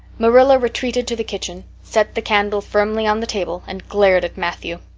marilla retreated to the kitchen, set the candle firmly on the table, and glared at matthew.